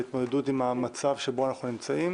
והתמודדות עם המצב שבו אנחנו נמצאים